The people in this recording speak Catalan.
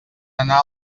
anar